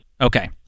Okay